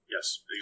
Yes